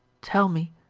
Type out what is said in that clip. tell me,